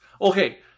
Okay